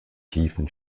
tiefen